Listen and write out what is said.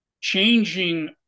changing